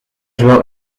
zowel